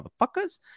motherfuckers